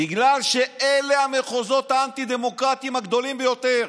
בגלל שאלה המחוזות האנטי-דמוקרטיים הגדולים ביותר.